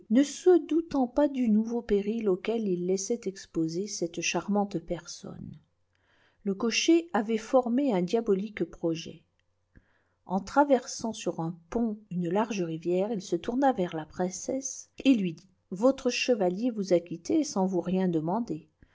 se doutant pas du nouveau péril auquel il laissait exposée celte cliarmante personne le cocher avait formé un diabolique projet cn traversant sur un pont une large rivière il se tourna vers la princesse et lui dit votre chevalier vous a quittée sans vous rien demander